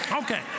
Okay